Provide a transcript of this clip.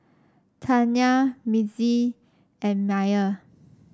Tanya Mitzi and Myer